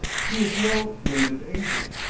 he is no native agent.